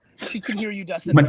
she can hear you dustin. but